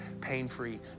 pain-free